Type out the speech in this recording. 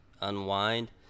unwind